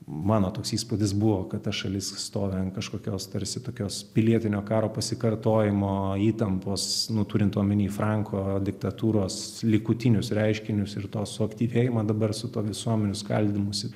mano toks įspūdis buvo kad ta šalis stovi ant kažkokios tarsi tokios pilietinio karo pasikartojimo įtampos nu turint omeny franko diktatūros likutinius reiškinius ir to suaktyvėjimą dabar su tuo visuomenių skaldymusi